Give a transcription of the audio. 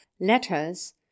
letters